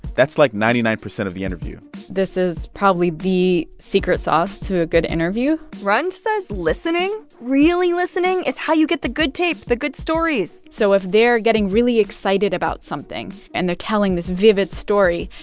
that's, like, ninety nine percent of the interview this is probably the secret sauce to a good interview rund says listening really listening is how you get the good tape, the good stories so if they're getting really excited about something and they're telling this vivid story,